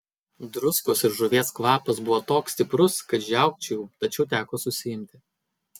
druskos ir žuvies kvapas buvo toks stiprus kad žiaukčiojau tačiau teko susiimti